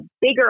bigger